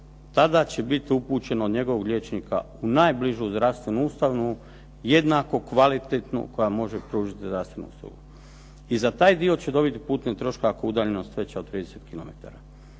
tada će bit upućen od njegovog liječnika u najbližu zdravstvenu ustanovu, jednako kvalitetnu koja može pružit zdravstvenu uslugu. I za taj dio će dobit putne troškove ako je udaljenost veća od 30 km.